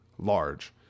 large